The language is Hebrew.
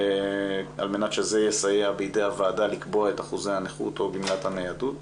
על מנת שזה יסייע בידי הוועדה לקבוע את אחוזי הנכות או גימלת הניידות.